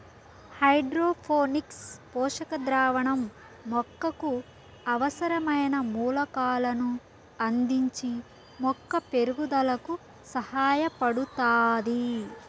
hydroponics పోషక ద్రావణం మొక్కకు అవసరమైన మూలకాలను అందించి మొక్క పెరుగుదలకు సహాయపడుతాది